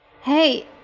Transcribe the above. Hey